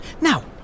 Now